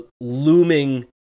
looming